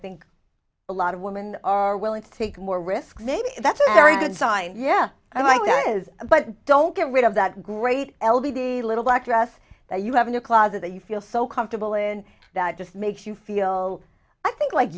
think a lot of women are willing to take more risks maybe that's a very good sign yeah i like there is but don't get rid of that great l b the little black dress that you have a new closet that you feel so comfortable and that just makes you feel i think like